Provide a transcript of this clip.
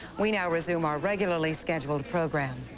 we now resume our regularly scheduled program.